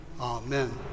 Amen